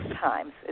times